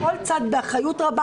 כל צד באחריות רבה,